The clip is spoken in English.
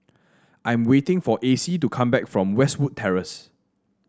I am waiting for Acy to come back from Westwood Terrace